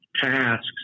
tasks